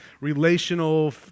relational